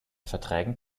verträgen